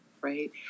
right